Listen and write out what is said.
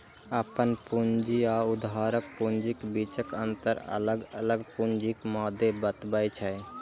अपन पूंजी आ उधारक पूंजीक बीचक अंतर अलग अलग पूंजीक मादे बतबै छै